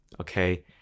okay